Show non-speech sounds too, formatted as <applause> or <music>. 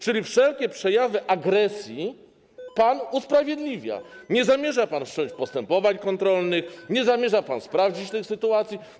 Czyli wszelkie przejawy agresji <noise> pan usprawiedliwia, nie zamierza pan wszcząć postępowań kontrolnych, nie zamierza pan sprawdzić tych sytuacji.